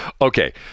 Okay